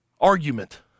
argument